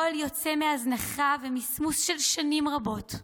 זהו פועל יוצא של הזנחה ומסמוס של שנים רבות.